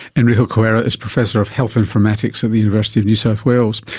enrico coiera is professor of health informatics at the university of new south wales.